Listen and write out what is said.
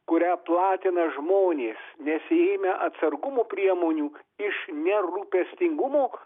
kurią platina žmonės nesiėmę atsargumo priemonių iš nerūpestingumo